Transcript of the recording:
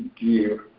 dear